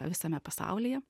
visame pasaulyje